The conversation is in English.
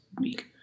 week